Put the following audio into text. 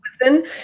listen